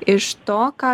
iš to ką